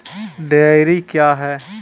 Dairy क्या हैं?